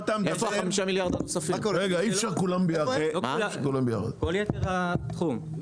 כל יתר התחום.